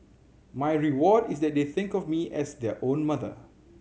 my reward is that they think of me as their own mother